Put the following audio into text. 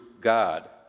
God